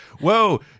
whoa